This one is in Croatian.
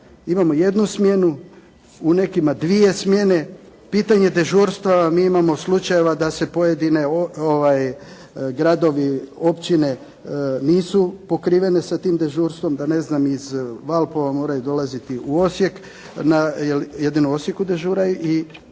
Imamo jednu smjenu u nekima dvije smjene, pitanje dežurstava mi imamo slučajeva da se pojedine gradovi, općine nisu pokrivene sa tim dežurstvom, da ne znam iz Valpova moraju dolaziti u Osijek, jedino u Osijeku dežuraju i